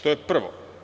To je prvo.